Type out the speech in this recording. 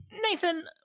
Nathan